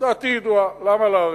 דעתי ידועה, למה להאריך?